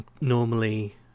normally